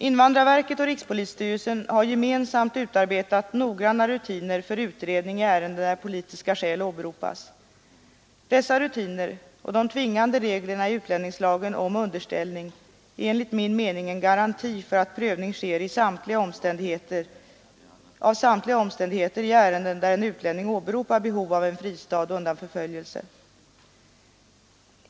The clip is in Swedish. Invandrarverket och rikspolisstyrelsen har gemensamt utarbetat noggranna rutiner för utredning i ärende där politiska skäl åberopas. Dessa rutiner och de tvingande reglerna i utlänningslagen om underställning är enligt min mening en garanti för att prövning sker av samtliga omständigheter i ärenden där en utlänning åberopar behov av en fristad undan förföljelse.